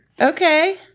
Okay